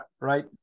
right